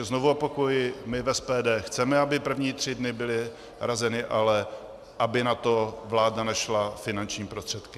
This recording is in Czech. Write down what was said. Znovu opakuji, my v SPD chceme, aby první tři dny byly hrazeny, ale aby na to vláda našla finanční prostředky.